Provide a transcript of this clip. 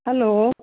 hello